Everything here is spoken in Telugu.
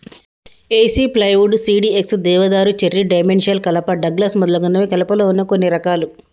ఏసి ప్లైవుడ్, సిడీఎక్స్, దేవదారు, చెర్రీ, డైమెన్షియల్ కలప, డగ్లస్ మొదలైనవి కలపలో వున్న కొన్ని రకాలు